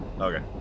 Okay